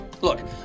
Look